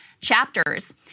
chapters